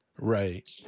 Right